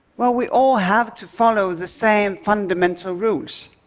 well, we all have to follow the same fundamental rules.